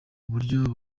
buryo